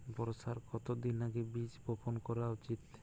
বর্ষার কতদিন আগে বীজ বপন করা উচিৎ?